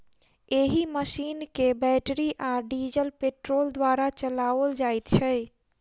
एहि मशीन के बैटरी आ डीजल पेट्रोल द्वारा चलाओल जाइत छै